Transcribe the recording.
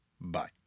Bye